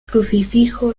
crucifijo